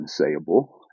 unsayable